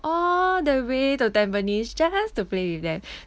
all the way to tampines just to play with them